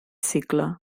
cicle